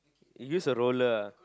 you use a roller ah